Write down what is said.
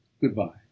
Goodbye